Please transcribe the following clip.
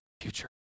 future